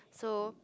so